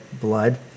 blood